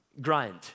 grind